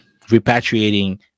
repatriating